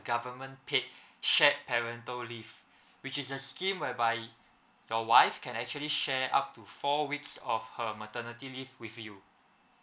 government paid shared parental leave which is a scheme whereby your wife can actually share up to four weeks of her maternity leave with you